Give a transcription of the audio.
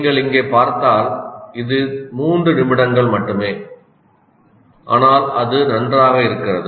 நீங்கள் இங்கே பார்த்தால் இது 3 நிமிடங்கள் மட்டுமே ஆனால் அது நன்றாக இருக்கிறது